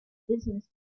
business